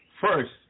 first